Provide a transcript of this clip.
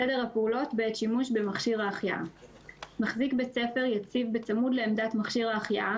סדר הפעולות בעת שימוש במכשיר ההחייאה 6. מחזיק בית ספר יציב בצמוד לעמדת מכשיר החייאה,